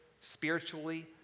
spiritually